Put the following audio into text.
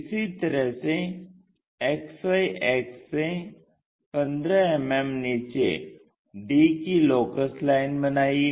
इसी तरह से XY अक्ष से 15 मिमी नीचे d की लोकस लाइन बनाइये